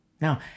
Now